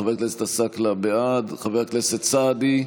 חבר הכנסת עסאקלה, בעד, חבר הכנסת סעדי,